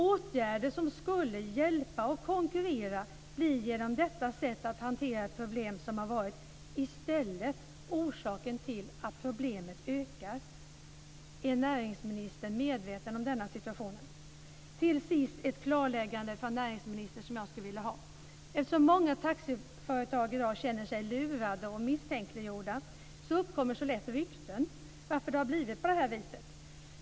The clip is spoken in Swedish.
Åtgärder som skulle hjälpa till att konkurrera blir, genom detta sätt att hantera ett problem, i stället orsaken till att problemet ökar. Är näringsministern medveten om denna situation? Till sist skulle jag vilja ha ett klarläggande från näringsministern. Eftersom många taxiföretag i dag känner sig lurade och misstänkliggjorda uppkommer lätt rykten om varför det har blivit på det här viset.